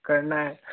करना है